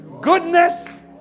goodness